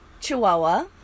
Chihuahua